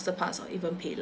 master pass or even paylah